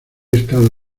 estado